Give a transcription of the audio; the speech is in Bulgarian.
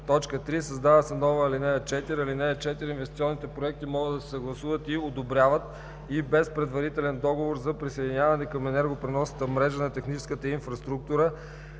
т. 3: „3. Създава се нова ал. 4: „(4) Инвестиционните проекти могат да се съгласуват и одобряват и без предварителен договор за присъединяване към енергопреносната мрежа на техническата инфраструктура,